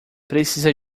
precisa